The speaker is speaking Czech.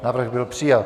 Návrh byl přijat.